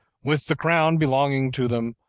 with the crown belonging to them,